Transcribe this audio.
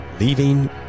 leaving